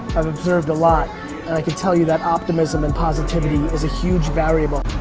i've observed a lot, and i could tell you that optimism and positivity is a huge variable.